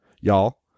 y'all